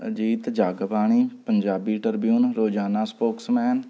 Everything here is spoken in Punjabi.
Ajit Jag Bani Punjabi Tribune Rozana Spokesman